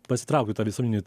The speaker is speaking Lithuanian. pasitraukt į tą visuomeninį